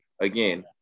Again